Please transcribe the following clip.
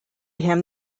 him